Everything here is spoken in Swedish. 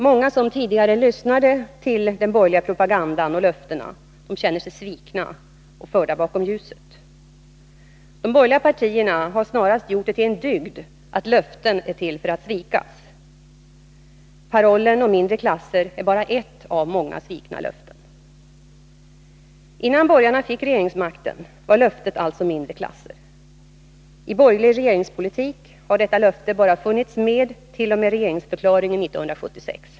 Många som tidigare lyssnade till propagandan och löftena från den borgerliga sidan känner sig svikna och förda bakom ljuset. De borgerliga partierna har snarast gjort det till en dygd att löften är till för att svikas. Parollen om mindre klasser är bara ett av många svikna löften. Innan borgarna fick regeringsmakten var löftet alltså mindre klasser. I borgerlig regeringspolitik har detta löfte funnits med bara t.o.m. regeringsförklaringen år 1976.